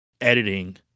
editing